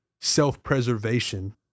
self-preservation